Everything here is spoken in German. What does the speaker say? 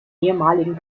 ehemaligen